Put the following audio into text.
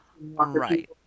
Right